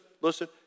listen